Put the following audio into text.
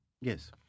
Yes